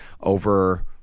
over